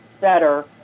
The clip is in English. better